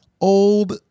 old